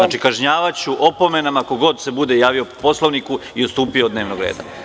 Znači, kažnjavaću opomenama ko god se bude javio po Poslovniku i odstupio od dnevnog reda.